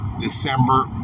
December